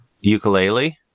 ukulele